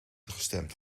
gestemd